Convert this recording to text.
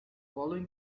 following